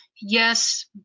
yes